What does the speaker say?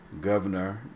governor